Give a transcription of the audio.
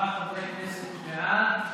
ארבעה חברי כנסת בעד.